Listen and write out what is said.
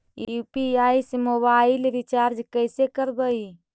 UPI से mobile recharge कैसे करबइ?